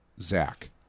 zach